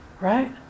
Right